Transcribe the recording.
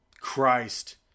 Christ